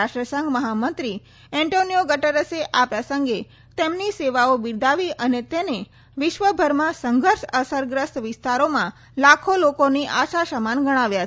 રાષ્ટ્રસંઘ મહામંત્રી એન્ટોનિયો ગટર્રસે આ પ્રસંગે તેમની સેવાઓ બિરદાવી અને તેને વિશ્વભરમાં સંઘર્ષ અસરગ્રસ્ત વિસ્તારોમાં લાખો લોકોની આશા સમાન ગણાવ્યા છે